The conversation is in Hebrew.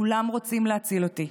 כולם רוצים להציל אותי.